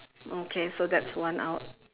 okay so that's one out